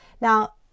now